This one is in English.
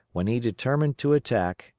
when he determined to attack,